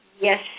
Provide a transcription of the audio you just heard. Yes